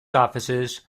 offices